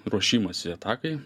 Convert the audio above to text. ruošimąsi atakai